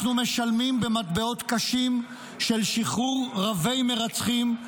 אנחנו משלמים במטבעות קשים של שחרור רבי מרצחים,